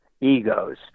egos